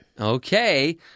Okay